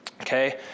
okay